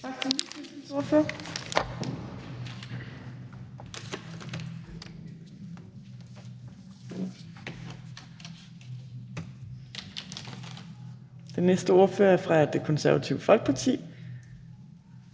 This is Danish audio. Tak til Enhedslistens ordfører. Den næste ordfører er fra Det Konservative Folkeparti.